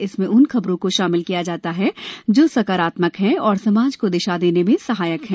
इसमें उन खबरों को शामिल किया जाता है जो सकारात्मक हैं और समाज को दिशा देने में सहायक हैं